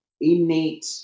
innate